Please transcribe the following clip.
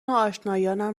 آشنایانم